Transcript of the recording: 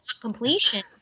completion